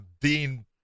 Dean